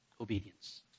Obedience